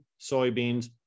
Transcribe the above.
soybeans